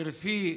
שלפי,